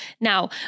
Now